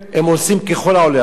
הם עושים ככל העולה על רוחם.